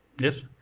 Yes